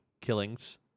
killings